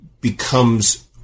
becomes